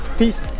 peace.